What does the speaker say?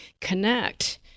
connect